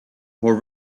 more